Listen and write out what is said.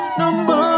number